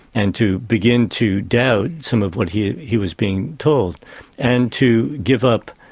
and to begin to doubt some of what he he was being told and to give up,